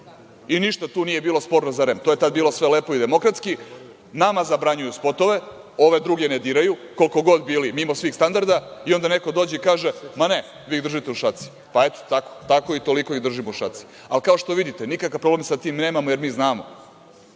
Ništa tu nije bilo sporno za REM. To je tada bilo sve lepo i demokratski. Nama zabranjuju spotove, ove druge ne diraju, koliko god bili mimo svih standarda i onda neko dođe i kaže – ma ne, vi ih držite u šaci. Pa eto, tako i toliko ih držimo u šaci, ali, kao što vidite nikakav problem sa tim nemamo, jer mi znamo,